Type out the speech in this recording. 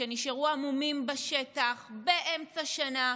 שנשארו ההמומים בשטח באמצע שנה.